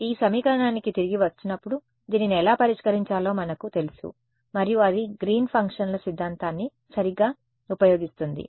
ఈ సమీకరణానికి తిరిగి వస్తున్నప్పుడు దీనిని ఎలా పరిష్కరించాలో మనకు తెలుసు మరియు అది గ్రీన్ ఫంక్షన్ల Green's function సిద్ధాంతాన్ని సరిగ్గా ఉపయోగిస్తుంది